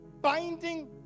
binding